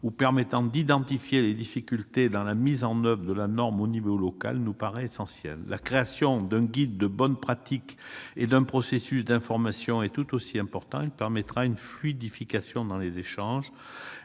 la norme ou d'identifier les difficultés dans la mise en oeuvre de la norme à l'échelle locale nous paraît essentielle. La création d'un guide de bonnes pratiques et d'un processus d'information est tout aussi importante. Elle permettra une fluidification dans les échanges.